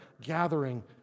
gathering